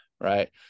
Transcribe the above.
right